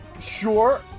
sure